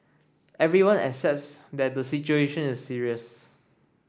everyone accepts that the situation is serious